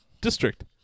district